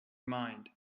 mind